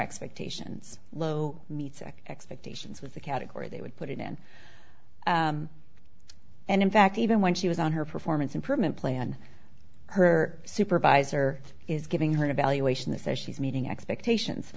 expectations low meets expectations with the category they would put it in and in fact even when she was on her performance improvement plan her supervisor is giving her a valuation that says she's meeting expectations